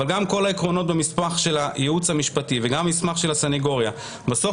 אבל גם כל העקרונות במסמך הייעוץ המשפטי וגם במסמך הסניגוריה בסוף